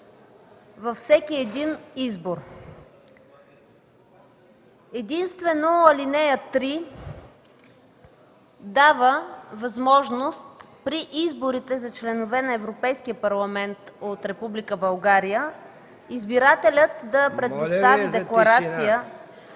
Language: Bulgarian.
Моля Ви за тишина